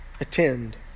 attend